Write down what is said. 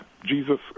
Jesus